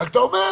אתה רק אומר,